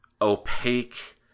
opaque